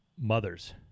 mothers